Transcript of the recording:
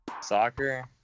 Soccer